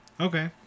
Okay